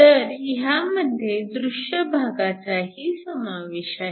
तर ह्यामध्ये दृश्य भागाचाही समावेश आहे